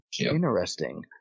Interesting